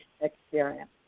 experience